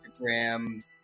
Instagram